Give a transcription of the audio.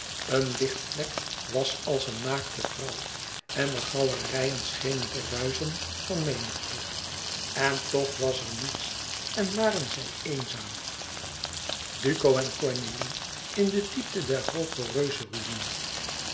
een lichtvlak was als een naakte vrouw en de galerijen schenen te ruischen van menigte en toch was er niets en waren zij eenzaam duco en cornélie in de diepte der hooge